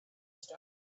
star